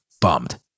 bummed